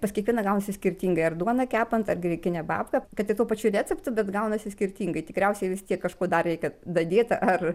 pas kiekvieną gausi skirtingai ar duoną kepant ar grikinę babką kad ir tuo pačiu receptu bet gaunasi skirtingai tikriausiai vis tiek kažko dar reikia dadėt ar